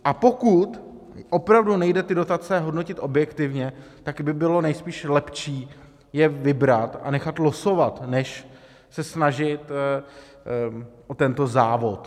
A pokud opravdu nejde ty dotace hodnotit objektivně, tak by bylo nejspíš lepší je vybrat a nechat losovat než se snažit o tento závod.